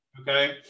okay